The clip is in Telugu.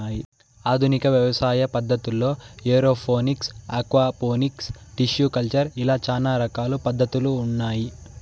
ఆధునిక వ్యవసాయ పద్ధతుల్లో ఏరోఫోనిక్స్, ఆక్వాపోనిక్స్, టిష్యు కల్చర్ ఇలా చానా రకాల పద్ధతులు ఉన్నాయి